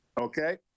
Okay